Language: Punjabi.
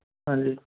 ਹਾਂਜੀ